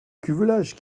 cuvelage